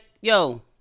Yo